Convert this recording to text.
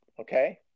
okay